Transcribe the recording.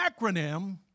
acronym